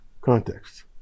context